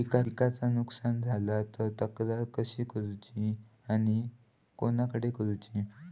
पिकाचा नुकसान झाला तर तक्रार कशी करूची आणि कोणाकडे करुची?